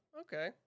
Okay